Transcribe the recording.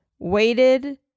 waited